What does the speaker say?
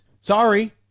Sorry